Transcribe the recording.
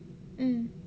mm